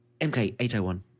MK801